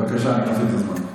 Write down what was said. בבקשה, נחזיר את הזמן.